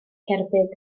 cerbyd